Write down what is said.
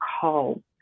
call